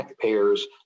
payers